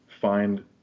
find